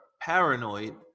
paranoid